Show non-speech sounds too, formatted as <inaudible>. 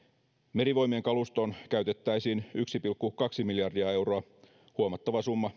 merivoimien kalustoon käytettäisiin <unintelligible> yksi pilkku kaksi miljardia euroa huomattava summa <unintelligible>